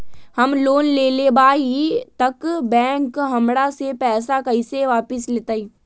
हम लोन लेलेबाई तब बैंक हमरा से पैसा कइसे वापिस लेतई?